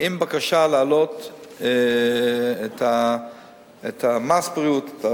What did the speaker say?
עם בקשה להעלות את מס הבריאות,